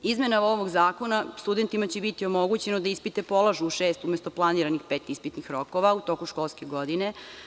Izmenama ovog zakona studentima će biti omogućeno da ispite polažu u šest, umesto planiranih pet ispitnih rokova u toku školske godine.